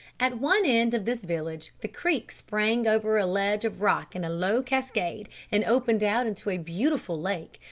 at one end of this village the creek sprang over a ledge of rock in a low cascade and opened out into a beautiful lake,